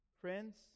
Friends